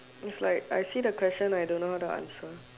is like I see the question I don't know how to answer